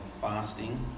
fasting